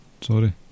Sorry